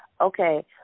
Okay